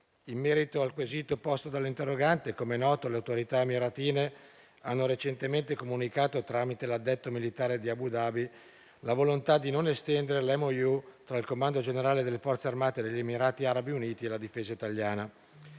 in merito al quesito posto dall'interrogante, come noto, le autorità emiratine hanno recentemente comunicato, tramite l'addetto militare di Abu Dhabi, la volontà di non estendere il Memorandum of understanding (MOU) tra il comando generale delle Forze armate degli Emirati Arabi Uniti e la Difesa italiana.